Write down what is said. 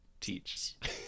teach